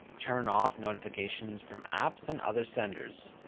turn off notifications from apps and other senders,